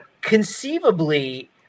conceivably